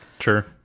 sure